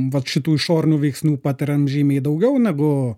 vat šitų išorinių veiksnių patariam žymiai daugiau negu